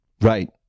Right